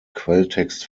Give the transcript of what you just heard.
quelltext